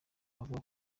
bavuga